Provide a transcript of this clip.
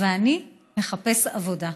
ואני מחפש עבודה,